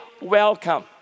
welcome